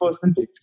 percentage